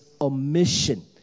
omission